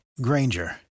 granger